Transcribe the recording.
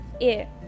air